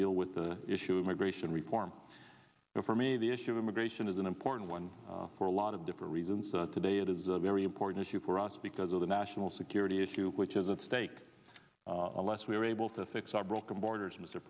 deal with the issue of immigration reform so for me the issue of immigration is an important one for a lot of different reasons today it is a very important issue for us because of the national security issue which is at stake a less we are able to fix our broken borders mr